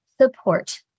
support